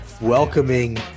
welcoming